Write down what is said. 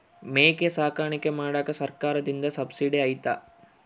ಮೇಕೆ ಸಾಕಾಣಿಕೆ ಮಾಡಾಕ ಸರ್ಕಾರದಿಂದ ಸಬ್ಸಿಡಿ ಐತಾ?